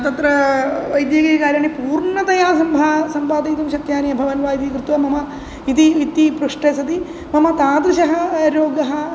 तत्र वैद्यकीयकार्याणि पूर्णतया सम्भाव्यं सम्पादयितुं शक्यानि अभवन् वा इति कृत्वा मम इति इति पृष्टे सति मम तादृशः रोगः